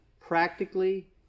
practically